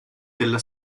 della